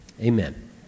amen